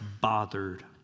bothered